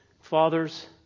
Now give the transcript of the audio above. Fathers